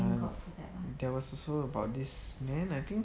ya there was also about this man I think